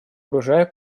урожай